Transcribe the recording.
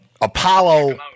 Apollo